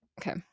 okay